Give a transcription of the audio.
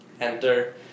enter